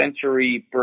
century